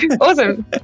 awesome